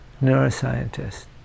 neuroscientist